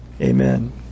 Amen